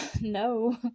no